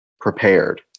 prepared